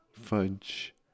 fudge